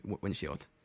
windshield